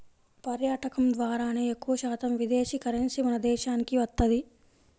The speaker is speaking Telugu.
పర్యాటకం ద్వారానే ఎక్కువశాతం విదేశీ కరెన్సీ మన దేశానికి వత్తది